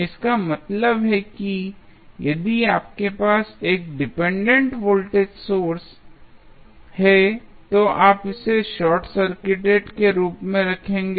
इसका मतलब है कि यदि आपके पास एक इंडिपेंडेंट वोल्टेज सोर्स है तो आप इसे एक शार्ट सर्किटेड के रूप में रखेंगे